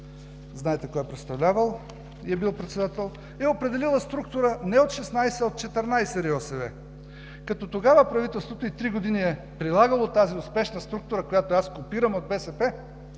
знаете кой господин е представлявал, и е бил председател, е определила структура не от 16, а от 14 РИОСВ-та. Тогава правителството три години е прилагало тази успешна структура, която аз копирам от БСП: